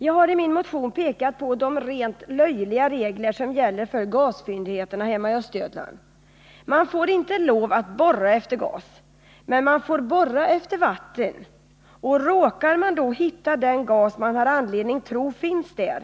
Jag har i min motion pekat på de rent löjliga regler som gäller för gasfyndigheterna hemma i Östergötland. Man får inte lov att borra efter gas, men man får borra efter vatten, och råkar man då hitta den gas man har anledning tro finns där,